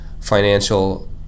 financial